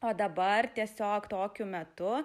o dabar tiesiog tokiu metu